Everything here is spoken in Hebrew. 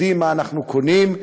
יודעים מה אנחנו קונים.